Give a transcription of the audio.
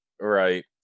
right